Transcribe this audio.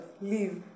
leave